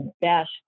best